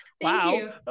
wow